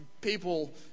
people